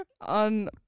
on